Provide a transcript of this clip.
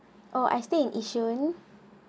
I've think yishun